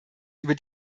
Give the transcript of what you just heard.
über